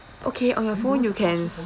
okay on your phone you can